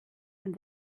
and